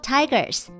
Tigers